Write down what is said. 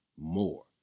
more